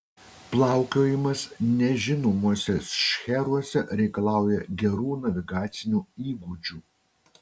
plaukiojimas nežinomuose šcheruose reikalauja gerų navigacinių įgūdžių